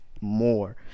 more